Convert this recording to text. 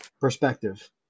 perspective